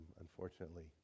unfortunately